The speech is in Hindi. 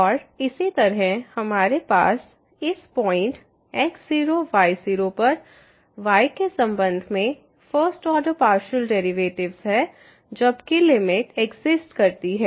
x0y0fx0Δxy0 fx0y0Δx और इसी तरह हमारे पास इस पॉइंट x0 y0 पर y के संबंध में फर्स्ट ऑर्डर पार्शियल डेरिवेटिव है जबकि लिमिट एग्जिस्ट करती है